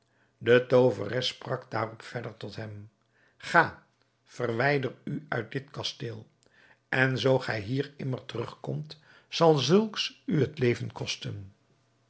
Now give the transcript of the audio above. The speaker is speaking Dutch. de tooveres sprak daarop verder tot hem ga verwijder u uit dit kasteel en zoo gij hier immer terugkomt zal zulks u het leven kosten